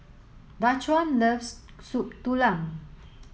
Daquan loves Soup Tulang